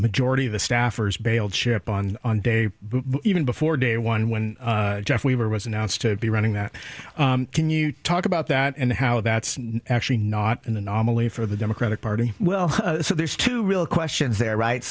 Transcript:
majority of the staffers bailed ship on on day even before day one when jeff weaver was announced to be running that can you talk about that and how that's actually not an anomaly for the democratic party well so there's two real questions there right